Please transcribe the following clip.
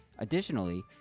Additionally